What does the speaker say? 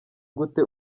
gute